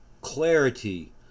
clarity